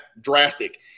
drastic